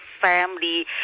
family